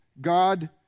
God